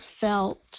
felt